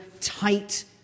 tight